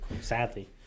sadly